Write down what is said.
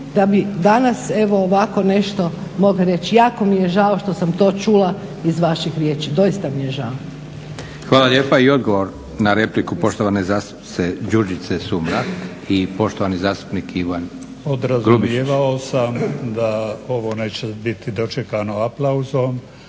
da bi danas evo ovako nešto mogli reći? Jako mi je žao što sam to čula iz vaših riječi, doista mi je žao. **Leko, Josip (SDP)** Hvala lijepa. I odgovor na repliku poštovane zastupnice Đurđice Sumrak i poštovani zastupnik Ivan Grubišić. **Grubišić, Ivan (Nezavisni)** Podrazumijevao sam da ovo neće biti dočekano aplauzom,